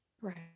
right